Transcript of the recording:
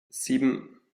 sieben